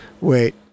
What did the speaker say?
Wait